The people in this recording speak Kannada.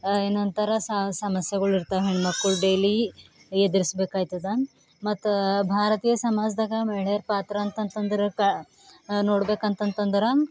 ಏನಂತಾರೆ ಸಮಸ್ಯೆಗಳಿರ್ತಾವ ಹೆಣ್ಮಕ್ಕಳು ಡೇಲಿ ಎದುರಿಸ್ಬೇಕಾಯ್ತದ ಮತ್ತು ಭಾರತೀಯ ಸಮಾಜದಾಗ ಮಹಿಳೆಯರ ಪಾತ್ರ ಅಂತಂತಂದರೆ ಕಾ ನೋಡ್ಬೇಕಂತಂತಂದರೆ